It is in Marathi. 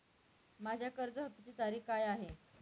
माझ्या कर्ज हफ्त्याची तारीख काय आहे?